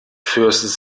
fürs